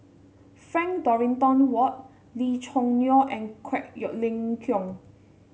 Frank Dorrington Ward Lee Choo Neo and Quek your Ling Kiong